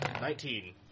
Nineteen